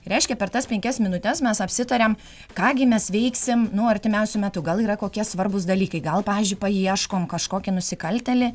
reiškia per tas penkias minutes mes apsitariam ką gi mes veiksim nu artimiausiu metu gal yra kokie svarbūs dalykai gal pavyzdžiui paieškom kažkokį nusikaltėlį